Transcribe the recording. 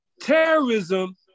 terrorism